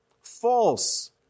False